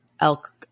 elk